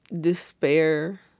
despair